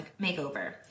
makeover